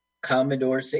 Commodore